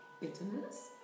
Bitterness